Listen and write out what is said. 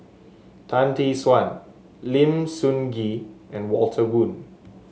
Tan Tee Suan Lim Sun Gee and Walter Woon